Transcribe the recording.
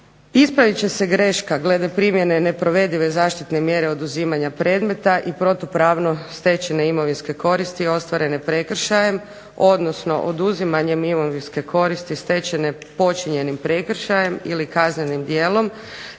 Ispravit će se greška glede primjene neprovedive zaštitne mjere oduzimanja predmeta i protupravno stečene imovinske koristi ostvarene prekršajem, odnosno oduzimanjem imovinske koristi stečene počinjenim prekršajem ili kaznenim djelom,